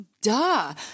duh